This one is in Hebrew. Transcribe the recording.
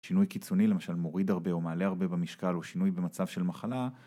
שינוי קיצוני למשל מוריד הרבה או מעלה הרבה במשקל או שינוי במצב של מחלה